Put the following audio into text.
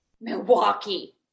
Milwaukee